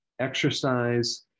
Exercise